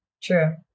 True